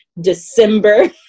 December